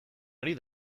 ari